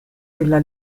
della